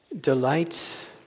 delights